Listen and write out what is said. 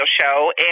show